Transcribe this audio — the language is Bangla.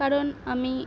কারণ আমি